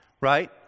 right